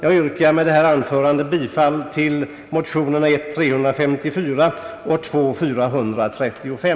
Jag yrkar med detta anförande bifall till motionerna I: 354 och I[: 435.